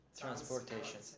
Transportation